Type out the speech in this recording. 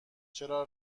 چرا